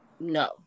no